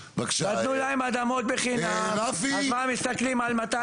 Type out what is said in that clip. נתנו להם אדמות בחינם, אז מה, מסתכלים על 200,